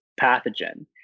pathogen